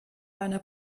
eine